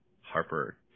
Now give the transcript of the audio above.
Harper